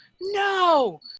No